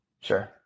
sure